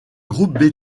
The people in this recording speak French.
groupes